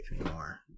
anymore